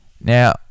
Now